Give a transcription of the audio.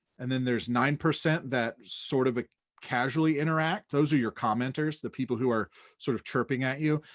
and then there's nine percent that sort of ah casually interact, those are your commenters, the people who are sort of chirping at you,